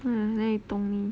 mm 哪里懂你